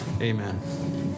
Amen